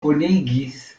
konigis